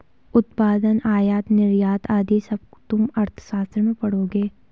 उत्पादन, आयात निर्यात आदि सब तुम अर्थशास्त्र में पढ़ोगे